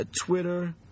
Twitter